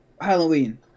Halloween